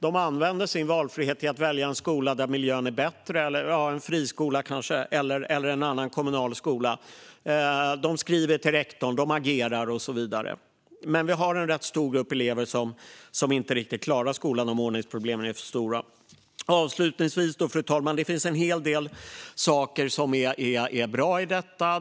De använder sin valfrihet till att välja en skola där miljön är bättre, kanske en friskola eller en annan kommunal skola. De skriver till rektor, de agerar och så vidare. Men vi har en rätt stor grupp elever som inte riktigt klarar skolan om ordningsproblemen är för stora. Avslutningsvis, fru talman, finns det en hel del saker som är bra i betänkandet.